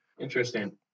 Interesting